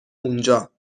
اونجا